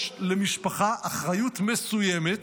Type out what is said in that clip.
יש למשפחה אחריות מסוימת